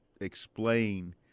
explain—